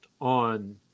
on